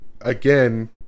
again